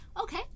okay